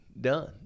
done